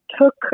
took